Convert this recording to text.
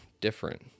different